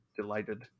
delighted